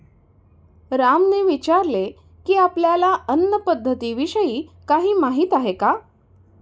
रामने विचारले की, आपल्याला अन्न पद्धतीविषयी काही माहित आहे का?